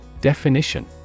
Definition